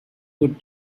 good